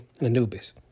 Anubis